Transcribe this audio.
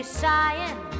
sighing